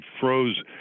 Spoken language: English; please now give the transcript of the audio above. froze